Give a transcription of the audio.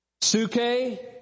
Suke